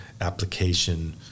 application